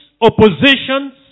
oppositions